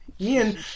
ian